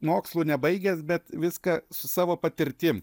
mokslų nebaigęs bet viską su savo patirtim